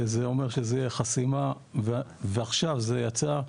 זה אומר שזו חסימה ועכשיו זה יצא,